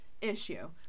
Issue